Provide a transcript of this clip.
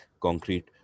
concrete